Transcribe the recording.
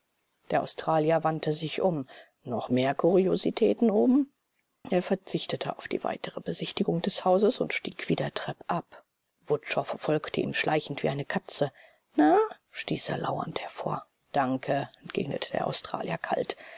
der australier wandte sich um noch mehr kuriositäten oben er verzichtete auf die weitere besichtigung des hauses und stieg wieder treppab wutschow folgte ihm schleichend wie eine katze na stieß er lauernd hervor danke entgegnete der australier kalt